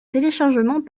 téléchargement